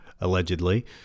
Allegedly